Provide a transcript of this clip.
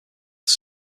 its